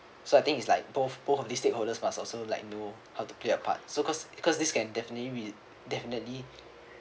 so I think is like both both of these stakeholders must also like know how to play a part so cause because this can definitely with definitely